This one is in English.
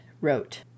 wrote